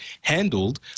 handled